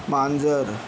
मांजर